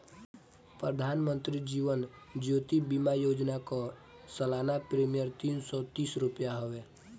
प्रधानमंत्री जीवन ज्योति बीमा योजना कअ सलाना प्रीमियर तीन सौ तीस रुपिया हवे